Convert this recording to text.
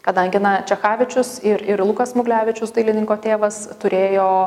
kadangi na čechavičius ir ir lukas smuglevičius dailininko tėvas turėjo